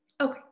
Okay